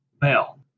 bell